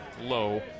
low